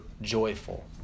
joyful